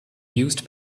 used